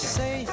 say